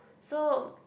so